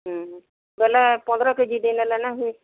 ବୋଲେ ପନ୍ଦର କେଜି